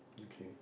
okay